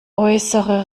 äußere